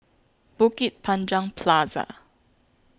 Bukit Panjang Plaza